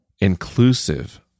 inclusive